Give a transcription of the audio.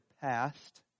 past